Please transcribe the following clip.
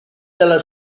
della